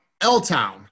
L-Town